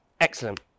Excellent